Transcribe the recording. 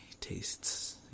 tastes